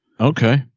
Okay